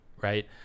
right